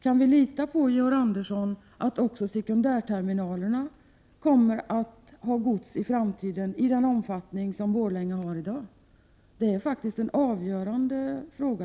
Kan vi, Georg Andersson, lita på att också sekundärterminalerna i framtiden kommer att ha gods i samma omfattning som i Borlänge i dag? Det är faktiskt en avgörande fråga.